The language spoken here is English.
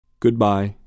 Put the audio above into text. Goodbye